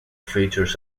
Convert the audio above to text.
features